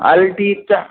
हल ठीकु आहे